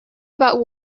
about